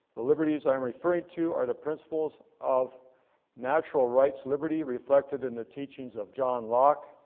the liberties i'm referring to are the principles of natural rights. liberty reflected in the teachings of john locke,